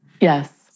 Yes